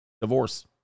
Divorce